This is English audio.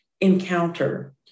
encounter